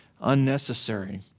unnecessary